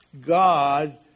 God